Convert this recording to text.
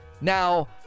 Now